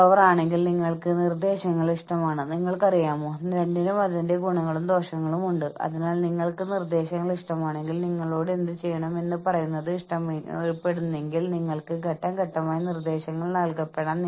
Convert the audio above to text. ജീവനക്കാർ ഓർഗനൈസേഷന്റെ ഭാഗ ഉടമകളാകാൻ പോകുന്നുവെന്ന് മാനേജ്മെന്റിനെ ബോധ്യപ്പെടുത്തണം അല്ലാത്തപക്ഷം ഈ പ്ലാൻ വിജയിക്കാനാവില്ല